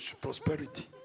prosperity